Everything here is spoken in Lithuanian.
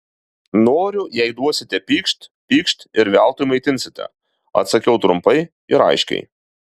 noriu jei duosite pykšt pykšt ir veltui maitinsite atsakiau trumpai ir aiškiai